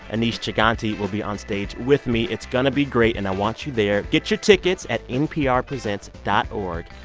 aneesh chaganty, will be onstage with me. it's going to be great. and i want you there. get your tickets at nprpresents dot org,